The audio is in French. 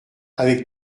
avec